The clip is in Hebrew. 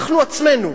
אנחנו עצמנו.